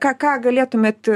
ką ką galėtumėt